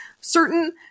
certain